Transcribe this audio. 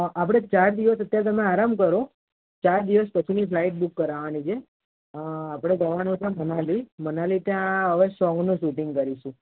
આપણે ચાર દિવસ અત્યારે તમે આરામ કરો ચાર દિવસ પછીની ફ્લાઈટ બૂક કરાવવાની છે આપણે જવાનું છે મનાલી મનાલી ત્યાં હવે સોંગનું શૂટિંગ કરીશું